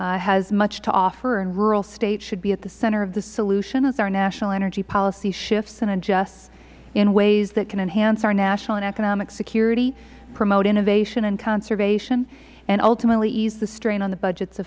has much to offer and rural states should be at the center of the solution as our national energy policy shifts and adjusts in ways that can enhance our national and economic security promote innovation and conservation and ultimately ease the strain on the budget